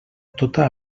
tota